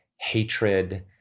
hatred